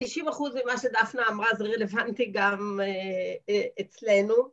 ‫90 אחוז ממה שדפנה אמרה ‫זה רלוונטי גם אצלנו.